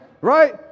Right